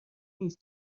نیست